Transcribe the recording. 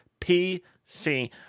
PC